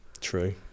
True